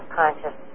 conscious